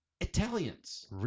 Italians